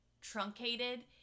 truncated